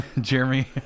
Jeremy